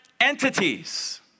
entities